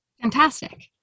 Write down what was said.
Fantastic